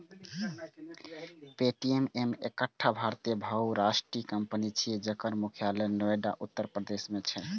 Paytm एकटा भारतीय बहुराष्ट्रीय कंपनी छियै, जकर मुख्यालय नोएडा, उत्तर प्रदेश मे छै